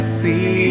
see